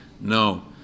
No